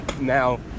Now